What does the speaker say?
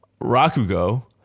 Rakugo